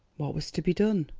what was to be done?